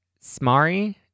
Smari